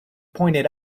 pointed